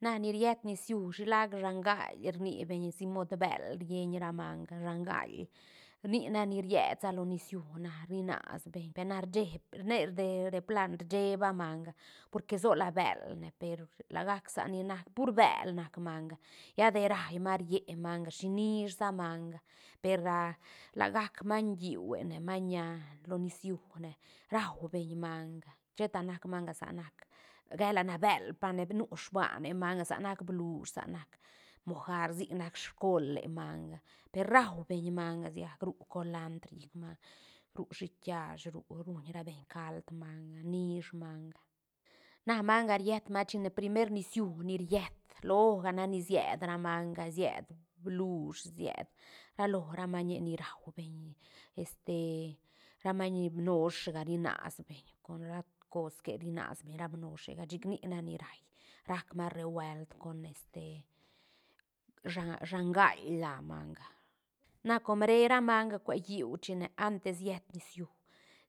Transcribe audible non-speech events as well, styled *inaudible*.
Na ni riet nis siú shilac shangai rni beñ sic mod bël rieñ ra manga shangai nic nac ni ried sa lo nis siú na ri nas beñ per na rshieb ne de- deplan rsheba manga porque solo bël ne per lagaac sa ni nac bel nac manga lla de raí manga rié manga shinish sa manga per a la gac maiñ llihuene maiñ a lo nis siúne rau beñ manga sheta nac manga sa nac gue la na bël pa ne nu *unintelligible* manga sanac bluuhs sa nac mojar sic nac scole manga per rau beñ manga si gac ru colandr llic manga ru shiit kiash ru ruñ ra beñ cald manga nish manga na manga ried manga china primer nis siú ni ried loga nac ni sied ra manga sied bluush sied ra lo ra mañe ni rau beñ este ra maiñ mnoshga rinas beñ con ra cos que rinas beñ ra mnoshega chic nic nac ni raí rac manga rebuel con este shan- shangai la manga na com re ra manga cue lliú china antes llet nis siú